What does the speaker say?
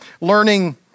Learning